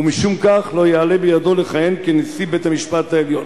ומשום כך לא יעלה בידו לכהן כנשיא בית-המשפט העליון.